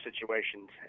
situations